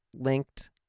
linked